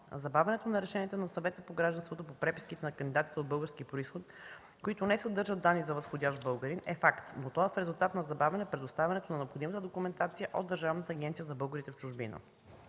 Забавянето на решението на Съвета по гражданството по преписките на кандидатите от български произход, които не съдържат данни за възходящ българин, е факт, но то е в резултат на забавяне предоставянето на необходимата документация от Държавната агенция за българите в чужбина.